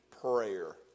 prayer